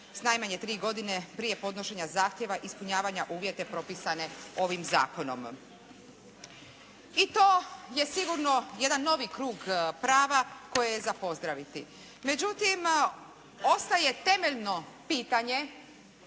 najmanje tri godine prije podnošenja zahtjeva ispunjava uvjete propisane ovim zakonom. I to je sigurno jedan novi krug prava koje je za pozdraviti. Međutim, ostaje temeljno pitanje